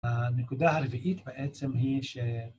הנקודה הרביעית בעצם היא ש...